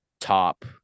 top